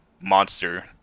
monster